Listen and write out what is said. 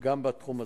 גם בתחום הזה.